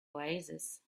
oasis